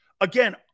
Again